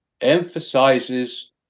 emphasizes